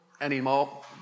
anymore